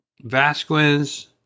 Vasquez